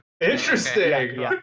Interesting